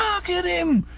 ark at im!